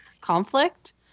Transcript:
conflict